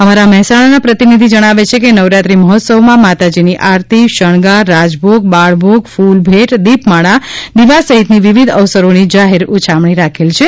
અમારા મહેસાણાના પ્રતિનિધિ જણાવે છે કે નવરાત્રી મહોત્સવમાં માતાજીની આરતી શણગાર રાજભોગ બાળભોગ ફુલ ભેટ દિપમાળા દિવા સહિતની વિવિધ અવસરોની જાહેર ઉછામક્ષી રાખેલ છે